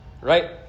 right